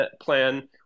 plan